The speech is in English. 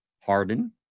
Harden